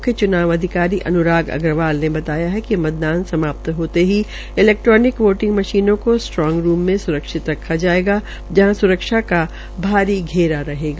म्ख्य च्नाव अधिकारी अन्राग अग्रवाल ने बताया कि मतदान समाप्त हाते ही इलैक्ट्रानिक वाटिंग मशीने का सूट्रोंग रूमस में स्रक्षित रखा जायेगा जहां स्रक्षा का भारी घेरा रहेगा